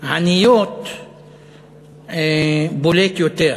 עניות בולט יותר.